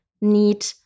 need